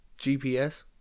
GPS